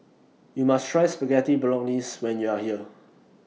YOU must Try Spaghetti Bolognese when YOU Are here